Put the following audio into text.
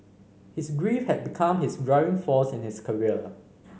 his grief had become his driving force in his career